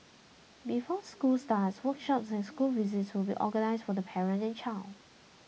before school starts workshops and school visits will be organised for the parent and child